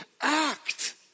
act